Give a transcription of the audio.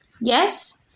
Yes